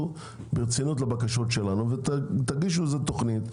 ברצינות לבקשות שלנו ותגישו תוכנית.